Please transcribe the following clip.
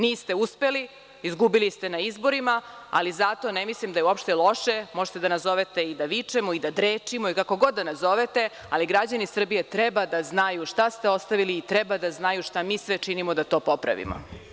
Niste uspeli, izgubili ste na izborima, ali zato ne mislim da je uopšte loše, možete da nazovete i da vičemo i da drečimo, kako god da nazovete, ali građani Srbije treba da znaju šta ste ostavili i treba da znaju šta sve mi činimo da to popravimo.